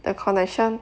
the connection